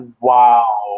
Wow